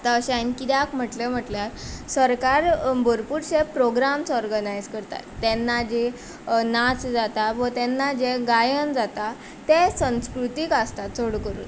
आतां अशें हांवें किद्याक म्हटलें म्हणल्यार सरकार भरपूरशे प्रोग्राम ऑरगनायज करतात तेन्ना जे नाच जाता तेन्ना जे गायन जाता ते संस्कृतीक आसता चड करून